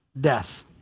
death